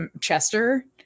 Chester